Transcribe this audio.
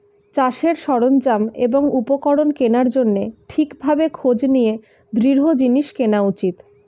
চাষের সরঞ্জাম এবং উপকরণ কেনার জন্যে ঠিক ভাবে খোঁজ নিয়ে দৃঢ় জিনিস কেনা উচিত